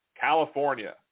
California